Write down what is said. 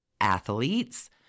Athletes